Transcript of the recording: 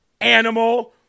animal